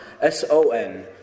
S-O-N